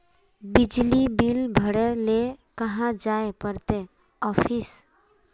बिजली बिल भरे ले कहाँ जाय पड़ते ऑफिस?